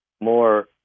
more